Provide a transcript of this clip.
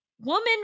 Woman